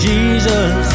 Jesus